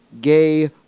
gay